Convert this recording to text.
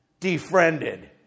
Defriended